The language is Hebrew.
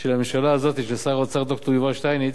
של הממשלה הזאת, של שר האוצר, ד"ר יובל שטייניץ,